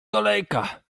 kolejka